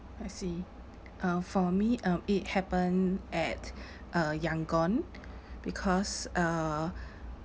I see uh for me um it happened at uh yangon because uh